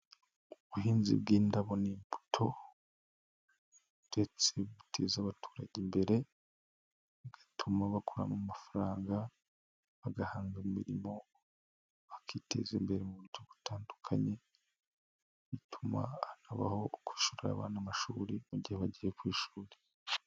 Ubuhinzi bw'indabo n'imbuto ndetse buteza abaturage imbere, bigatuma bakuramo amafaranga, bagahanga imirimo bakiteza imbere mu buryo butandukanye, bituma habaho kwishyurira abana amashuri mu gihe bagiye ku ishuri.